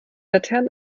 laternen